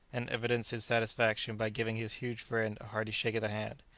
and evidenced his satisfaction by giving his huge friend a hearty shake of the hand.